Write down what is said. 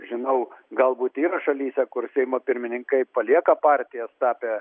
žinau galbūt yra šalyse kur seimo pirmininkai palieka partijas tapę